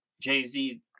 Jay-Z